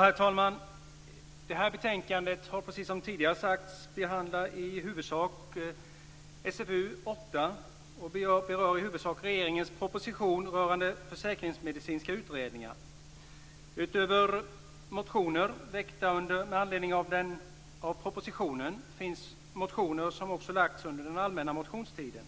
Herr talman! Det här betänkandet, SfU8, behandlar, precis som tidigare har sagts, i huvudsak regeringens proposition rörande försäkringsmedicinska utredningar. Utöver motioner väckta med anledning av propositionen finns motioner som väckts under den allmänna motionstiden.